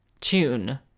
tune